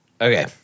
Okay